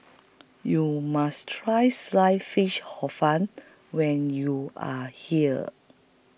YOU must Try Sliced Fish Hor Fun when YOU Are here